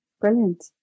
brilliant